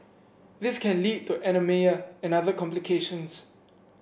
this can lead to anaemia and other complications